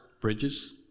bridges